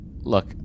Look